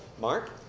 Mark